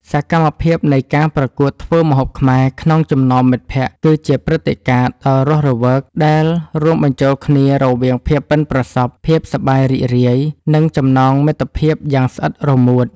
សកម្មភាពនៃការប្រកួតធ្វើម្ហូបខ្មែរក្នុងចំណោមមិត្តភក្តិ គឺជាព្រឹត្តិការណ៍ដ៏រស់រវើកដែលរួមបញ្ចូលគ្នារវាងភាពប៉ិនប្រសប់ ភាពសប្បាយរីករាយ និងចំណងមិត្តភាពយ៉ាងស្អិតរមួត។